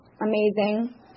amazing